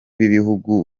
b’ibihugu